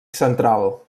central